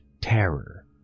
terror